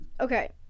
Okay